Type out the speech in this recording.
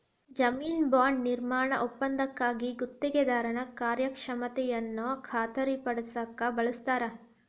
ಜಾಮೇನು ಬಾಂಡ್ ನಿರ್ಮಾಣ ಒಪ್ಪಂದಕ್ಕಾಗಿ ಗುತ್ತಿಗೆದಾರನ ಕಾರ್ಯಕ್ಷಮತೆಯನ್ನ ಖಾತರಿಪಡಸಕ ಬಳಸ್ತಾರ